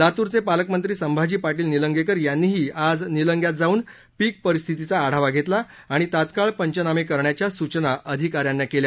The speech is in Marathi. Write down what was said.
लातूरचे पालकमंत्री संभाजी पाटील निलंगेकर यांनीही आज निलंग्यात जाऊन पीक परिस्थितीचा आढावा घेतला आणि तात्काळ पंचनामे करण्याच्या सूचना अधिकाऱ्यांना केल्या